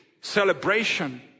celebration